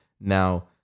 Now